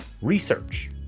Research